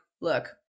look